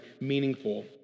meaningful